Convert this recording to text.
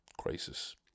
crisis